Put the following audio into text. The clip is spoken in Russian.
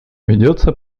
ведется